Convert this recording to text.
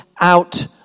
out